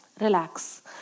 Relax